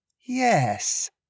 Yes